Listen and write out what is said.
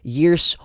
years